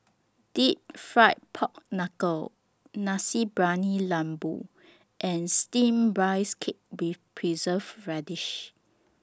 Deep Fried Pork Knuckle Nasi Briyani Lembu and Steamed Rice Cake with Preserved Radish